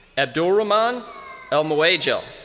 abdurumon al-muegel.